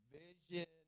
vision